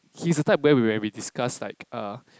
he's a type where when we discuss like uh